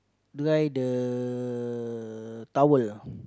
the guy the towel